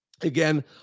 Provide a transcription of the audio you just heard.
Again